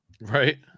right